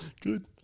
Good